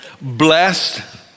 Blessed